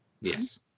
Yes